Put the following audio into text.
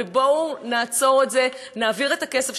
בואו נעצור את זה, נעביר את הכסף.